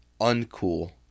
uncool